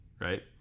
right